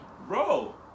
Bro